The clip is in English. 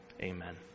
Amen